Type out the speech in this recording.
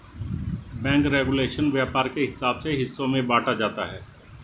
bank regulation व्यापार के हिसाब से हिस्सों में बांटा जाता है